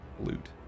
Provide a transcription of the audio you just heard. loot